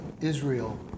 Israel